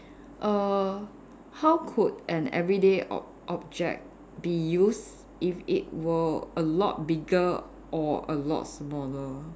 err how could an everyday ob~ object be used if it were a lot bigger or a lot smaller